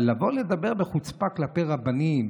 אבל לבוא לדבר בחוצפה כלפי רבנים,